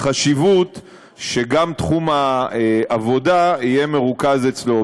חשיבות שגם תחום העבודה יהיה מרוכז אצלו.